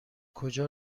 کجا